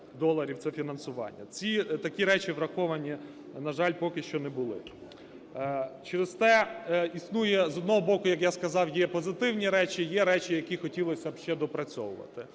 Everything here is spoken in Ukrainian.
це фінансування. Такі речі враховані, на жаль, поки що не були. Через те існує, з одного боку, як я сказав, є позитивні речі і є речі, які хотілося б ще доопрацьовувати.